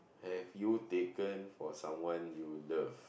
have you taken for someone you love